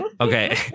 Okay